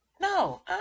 No